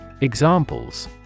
Examples